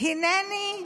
"הינני",